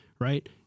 right